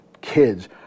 kids